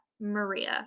Maria